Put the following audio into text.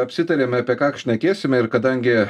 apsitarėme apie ką šnekėsime ir kadangi